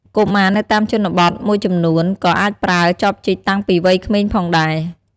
កុមារនៅតាមជនបទមួយចំនួន ក៏អាចប្រើ ចបជីកតាំងពីវ័យក្មេងផងដែរ។